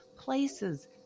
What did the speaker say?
places